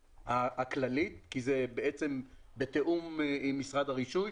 הכללית כי זה בתיאום עם משרד הרישוי.